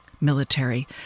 military